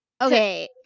Okay